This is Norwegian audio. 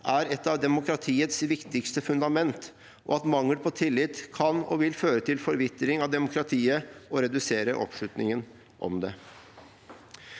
er et av demokratiets viktigste fundament, og at mangel på tillit kan og vil føre til en forvitring av demokratiet og redusere oppslutningen om det.»